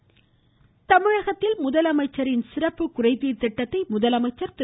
முதலமைச்சர் குறைதீர் தமிழகத்தில் முதலமைச்சரின் சிறப்பு குறை தீர் திட்டத்தை முதலமைச்சர் திரு